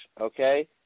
Okay